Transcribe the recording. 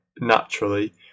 naturally